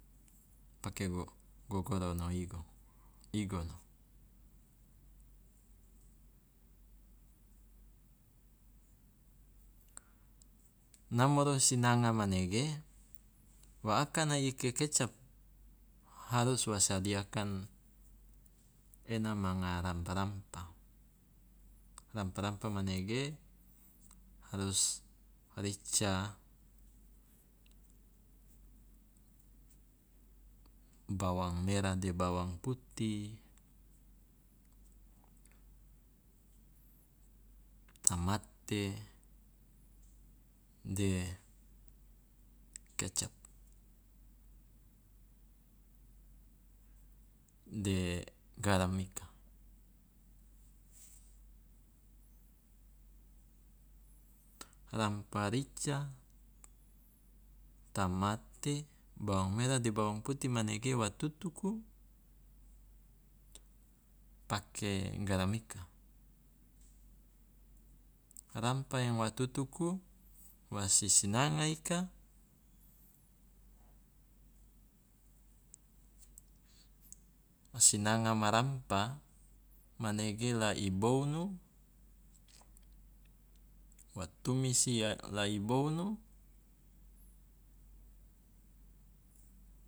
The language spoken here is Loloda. Pake gogorono igo- igono. Namoro sinanga manege wa akana i kekecap, harus wa sadiakan ena manga rampah rampah, rampah rampah manege harus rica, bawang merah de bawang putih, tamate de kecap, de garam ika. Rampah rica, tamate, bawang merah de bawang putih manege wa tutuku pake garam ika, rampah yang wa tutuku wa sisinanga ika wa sinanga ma rampah manege la i bounu, wa tumisi la i bounu